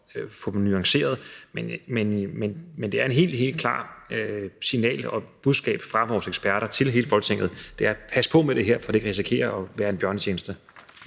få dem nuanceret. Men der er et helt, helt klart signal og budskab fra vores eksperter til hele Folketinget, og det er: Pas på med det her, for det kan risikere at være en bjørnetjeneste.